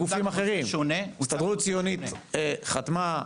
ההסתדרות הציונות היהודית חתמה,